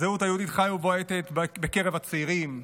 הזהות היהודית חיה ובועטת בקרב הצעירים,